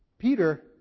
Peter